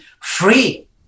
free